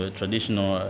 traditional